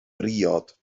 briod